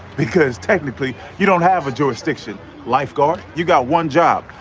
because technically you don't have a jurisdiction lifeguard. you got one job.